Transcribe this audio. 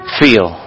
feel